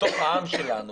לתוך העם שלנו,